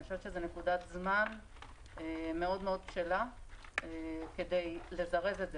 אני חושבת שזו נקודת זמן בשלה כדי לזרז את זה,